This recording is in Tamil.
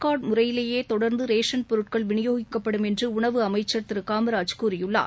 கார்டுமுறையிலேயேதொடர்ந்தரேஷன் பொருட்கள் விநியோகிக்கப்படும் என்றஉணவு அமைச்சர் திருகாமராஜ் கூறியுள்ளார்